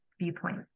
viewpoint